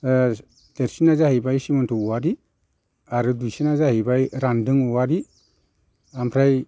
देरसिना जाहैबाय सिमनथ' औवारि आरो दुइसिना जाहैबाय रानदों औवारि आमफ्राय